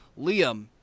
Liam